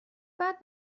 بعد